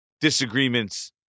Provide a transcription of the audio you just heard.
disagreements